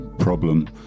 Problem